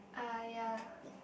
ah ya